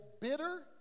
bitter